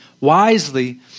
wisely